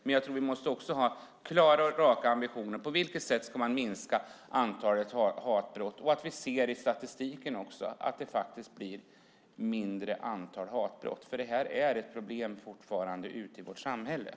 Men vi måste ha klara och raka ambitioner för på vilket sätt man ska minska antalet hatbrott så att vi ser i statistiken att det blir färre hatbrott. Det är fortfarande ett problem i samhället.